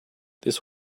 this